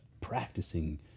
practicing